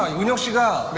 we go.